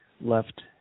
left